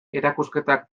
erakusketak